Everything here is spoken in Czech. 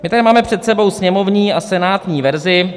My tady máme před sebou sněmovní a senátní verzi.